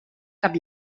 cap